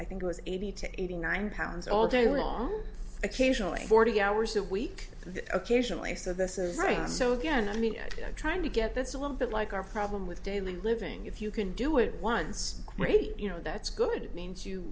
was eighty to eighty nine pounds all day long occasionally forty hours a week occasionally so this is right so again i mean trying to get that's a little bit like our problem with daily living if you can do it once great you know that's good it means you